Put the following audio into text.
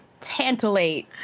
tantalate